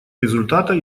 результата